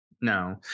no